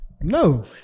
No